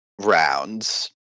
rounds